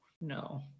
no